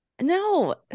No